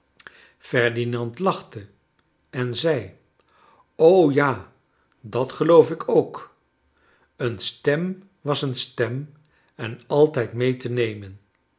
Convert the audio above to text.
ferdinand lachte en zei o ja dat geloof ik ook een stem was een stem en altijd mee te nemen